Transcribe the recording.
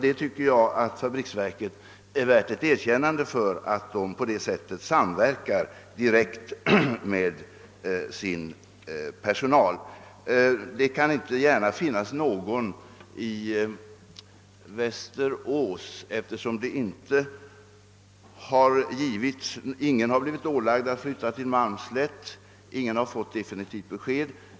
Enligt min mening är fabriksverket värt ett erkännande för att verket på detta sätt samverkar direkt med sin personal. Det kan inte gärna finnas någon vid verkstaden i Västerås som har blivit ålagd att flytta till Malmslätt. Ingen har fått något definitivt besked.